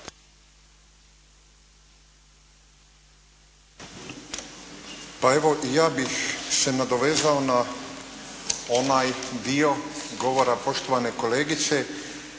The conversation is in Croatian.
Pa evo i ja bih se nadovezao na onaj dio govora poštovane kolegice